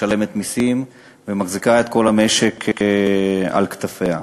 משלמת מסים ומחזיקה את כל המשק על כתפיה,